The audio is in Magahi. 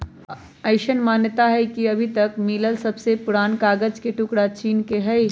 अईसन मानता हई कि अभी तक मिलल सबसे पुरान कागज के टुकरा चीन के हई